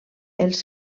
els